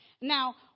now